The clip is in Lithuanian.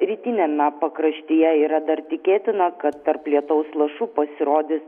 rytiniame pakraštyje yra dar tikėtina kad tarp lietaus lašų pasirodys